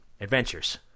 Adventures